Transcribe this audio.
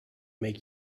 make